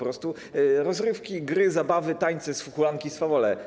Rozrywki, gry, zabawy, tańce, hulanki, swawole.